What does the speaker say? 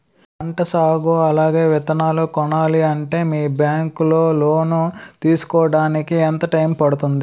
పంట సాగు అలాగే విత్తనాలు కొనాలి అంటే మీ బ్యాంక్ లో లోన్ తీసుకోడానికి ఎంత టైం పడుతుంది?